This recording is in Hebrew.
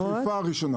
לא, חיפה הייתה הראשונה.